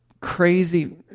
crazy